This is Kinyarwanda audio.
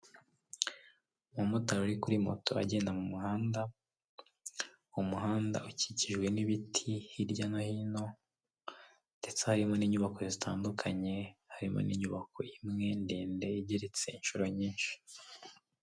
Umumotari uri kuri moto agenda mu muhanda, umuhanda ukikijwe n' ibiti hirya no hino ndetse harimo n' inyubako zitandukanye harimo n' inyubako imwe ndende igeretse inshuro nyinshi.